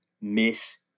miss